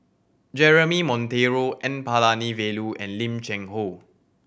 Jeremy Monteiro N Palanivelu and Lim Cheng Hoe